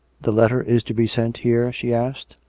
the letter is to be sent here? she asked.